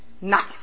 nice